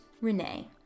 Renee